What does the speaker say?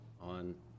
on